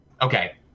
Okay